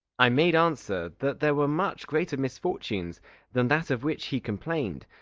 i made answer that there were much greater misfortunes than that of which he complained.